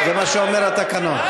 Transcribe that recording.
זה מה שאומר התקנון.